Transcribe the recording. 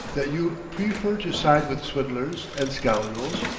that you prefer to side with swindlers and scoundrels,